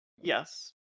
Yes